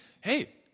hey